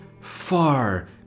far